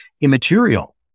immaterial